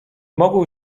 mogłem